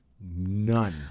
None